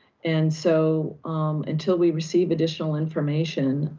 and so until we receive additional information,